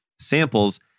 samples